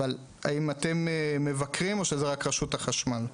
אבל האם אתם מבקרים או שזו רק רשות החשמל?